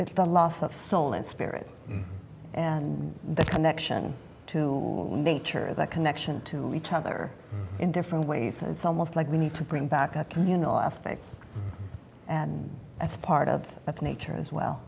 it's the loss of soul and spirit and the connection to nature that connection to each other in different ways it's almost like we need to bring back a communal aspect and that's part of that nature as well